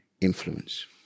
influence